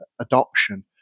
adoption